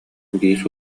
биис